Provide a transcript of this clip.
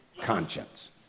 conscience